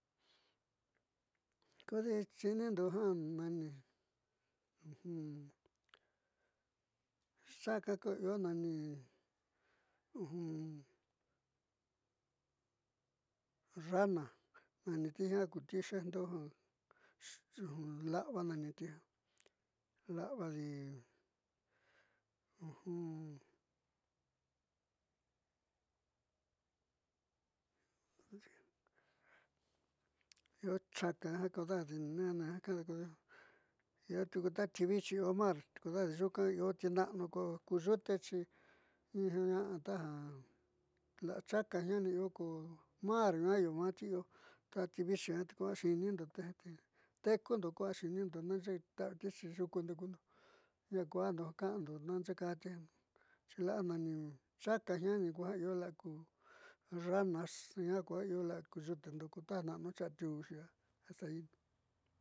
Kodi xi'inindo ja nani chaka io nani rana naniti jiaa ku xeejndo ja la'ava naniti jiaa io chaka kodeja io taka ti vichi io mar kodeja nyuuka ti na'anu ko ko yutexi io ñaa tia la'a chaka jiaani io ko mar nuaá io maati i'io ta ti vichi te a xi'inindo te tekundo ko a xi'inindo naaxeé ta'aviti xi yuku nde'ekundo ñaa akujando ja ka'ando naaxe'e ka'ati xi la'a ja chaka jiaanini ku ja io la'a ku yaña jiaa ku ja io ja yutendo ka taja na'anu xi atiuuxi iia.